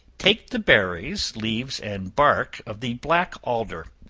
take the berries, leaves and bark of the black alder,